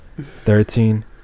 thirteen